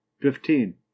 fifteen